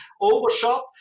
overshot